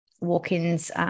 walk-ins